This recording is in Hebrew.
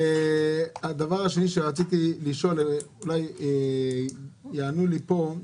הדבר השני שרציתי לשאול, אולי יענו לי פה,